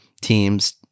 teams